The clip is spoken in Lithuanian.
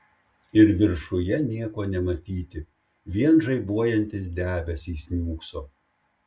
ir viršuje nieko nematyti vien žaibuojantis debesys niūkso